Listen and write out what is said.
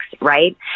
right